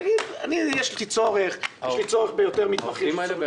תגיד: יש לי צורך ביותר מתמחים.